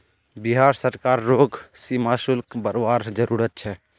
बिहार सरकार रोग सीमा शुल्क बरवार जरूरत छे